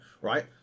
right